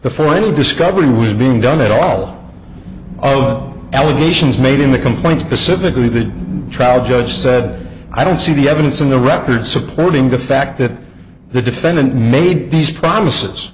before any discovery was being done at all oh allegations made in the complaint specifically the trial judge said i don't see the evidence in the record supporting the fact that the defendant made these promises